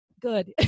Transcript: Good